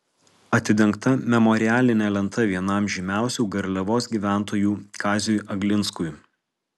atidengta memorialinė lenta vienam žymiausių garliavos gyventojų kaziui aglinskui